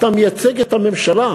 אתה מייצג את הממשלה,